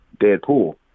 Deadpool